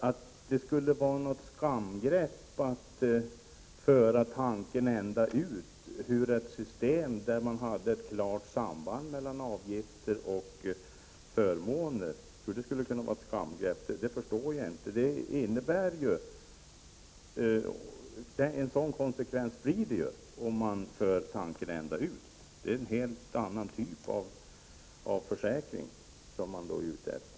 Att det skulle vara ett skamgrepp att tänka tanken ända ut när det gäller ett system där det finns ett klart samband mellan avgifter och förmåner förstår jag inte. Det blir ju konsekvensen av att tänka tanken ända ut. Men då är det fråga om en helt annan typ av försäkring som man är ute efter.